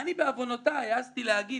אם את עשית את הפלפול המשפטי באותו מסמך מביש,